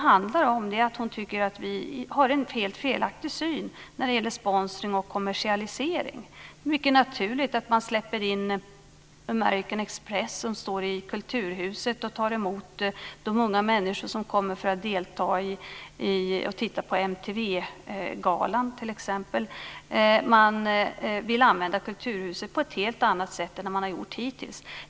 Hon tycker att vi har en helt felaktig syn när det gäller sponsring och kommersialisering. Det är naturligt att släppa in American Express, som står i Kulturhuset och tar emot de unga människor som kommer för att titta på t.ex. MTV-galan. Man vill använda Kulturhuset på ett helt annat sätt än hittills.